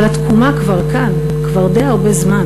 אבל התקומה כבר כאן, כבר די הרבה זמן.